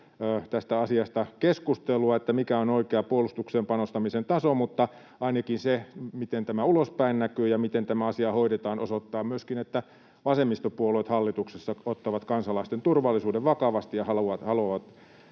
tästä asiasta ja siitä, mikä on oikea puolustukseen panostamisen taso, mutta ainakin se, miten tämä ulospäin näkyy ja miten tämä asia hoidetaan, osoittaa myöskin, että vasemmistopuolueet hallituksessa ottavat kansalaisten turvallisuuden vakavasti ja haluavat